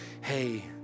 hey